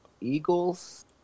Eagles